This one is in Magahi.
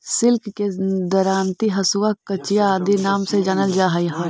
सिक्ल के दरांति, हँसुआ, कचिया आदि नाम से जानल जा हई